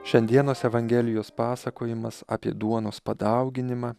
šiandienos evangelijos pasakojimas apie duonos padauginimą